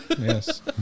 yes